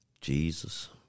Jesus